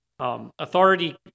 Authority